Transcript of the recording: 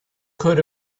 could